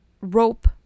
rope